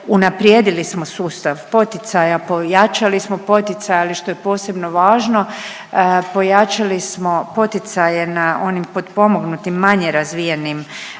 Unaprijedili smo sustav poticaja, pojačali smo poticaj, ali što je posebno važno pojačali smo poticaje na onim potpomognutim manje razvijenim